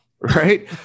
right